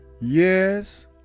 Yes